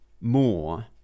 more